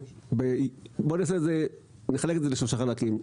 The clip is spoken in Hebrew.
בוא נחלק את זה לשלושה חלקים.